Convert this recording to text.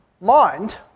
mind